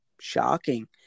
shocking